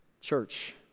Church